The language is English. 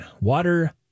Water